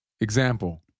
Example